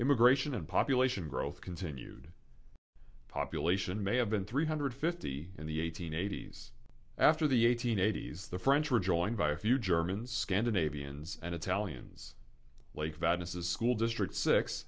immigration and population growth continued population may have been three hundred fifty in the eighteen eighties after the eighteen eighties the french were joined by a few germans scandinavians and italians like that as a school district six